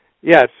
Yes